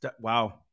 wow